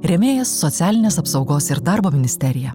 rėmėjas socialinės apsaugos ir darbo ministerija